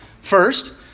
First